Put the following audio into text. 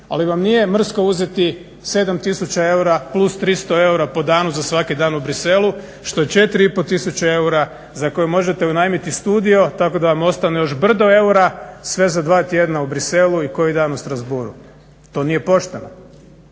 ali vam nije mrsko uzeti 7000 eura plus 300 eura po danu za svaki dan u Bruxellesu što je 4 i pol tisuće eura za koje možete unajmiti studio tako da vam ostane još brdo eura sve za 2 tjedna u Bruxellesu i koji dan u Strasbourgu. To nije pošteno.